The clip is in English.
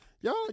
Y'all